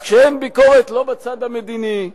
אז כשאין ביקורת, לא בצד המדיני,